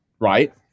Right